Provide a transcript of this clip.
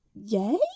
Yay